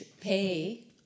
pay